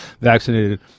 vaccinated